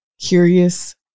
curious